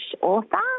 author